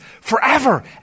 forever